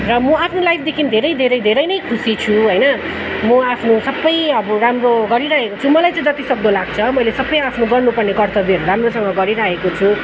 र म आफ्नो लाइफदेखि धेरै धेरै धेरै नै खुसी छु होइन म आफ्नो सबै अब राम्रो गरिरहेको छु मलाई चाहिँ जतिसक्दो लाग्छ मैले सबै आफ्नो गर्नु पर्ने कर्त्तव्यहरू राम्रोसँग गरिराखेको छु